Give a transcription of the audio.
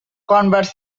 converts